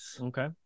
Okay